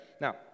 Now